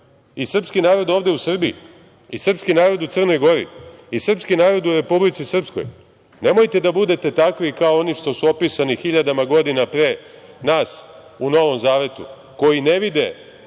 i sprski narod ovde u Srbiji i srpski narod u Crnoj Gori i srpski narod u Republici Srpskoj. Nemojte da budete takvi kao oni što su opisani hiljadama godina pre nas u Novom zavetu, koji ne vide